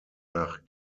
nach